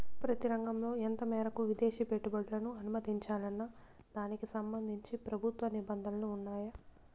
ప్రతి రంగంలో ఎంత మేరకు విదేశీ పెట్టుబడులను అనుమతించాలన్న దానికి సంబంధించి ప్రభుత్వ నిబంధనలు ఉన్నాయా?